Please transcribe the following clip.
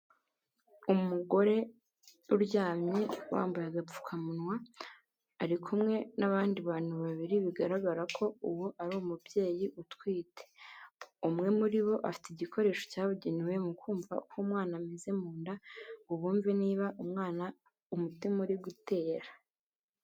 Umugore uryamye wambaye agapfukamunwa, ari kumwe n'abandi bantu babiri bigaragara ko uwo ari umubyeyi utwite, umwe muri bo afite igikoresho cyabugenewe mu kumva uko umwana ameze mu nda, ngo bumve niba umwana umutima uri gutera.